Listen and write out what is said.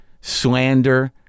slander